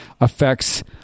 affects